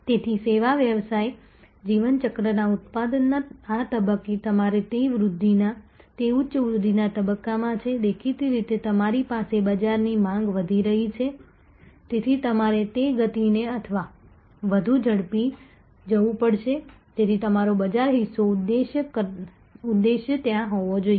તેથી સેવા વ્યવસાય જીવન ચક્રના ઉત્પાદનના આ તબક્કે તમારી તે ઉચ્ચ વૃદ્ધિના તબક્કામાં છે દેખીતી રીતે તમારી પાસે બજારની માંગ વધી રહી છે તેથી તમારે તે ગતિએ અથવા વધુ ઝડપી જવું પડશે તેથી તમારો બજાર હિસ્સો ઉદ્દેશ્ય ત્યાં હોવો જોઈએ